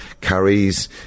carries